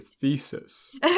thesis